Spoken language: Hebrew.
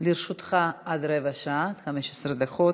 לרשותך עד רבע שעה, 15 דקות.